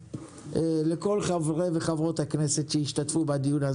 לכל חברי וחברות הכנסת שהשתתפו בדיון הזה.